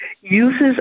uses